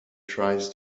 tries